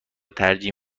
ترجیح